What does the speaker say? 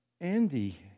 Andy